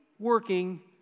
working